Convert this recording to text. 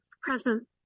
present